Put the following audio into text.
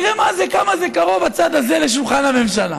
תראה מה זה, כמה זה קרוב הצד הזה לשולחן הממשלה.